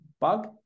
bug